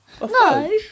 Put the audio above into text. No